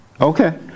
Okay